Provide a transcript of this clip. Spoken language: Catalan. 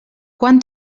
quan